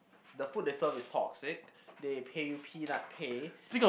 the food they serve is toxic they pay you peanut pay